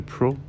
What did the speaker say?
Pro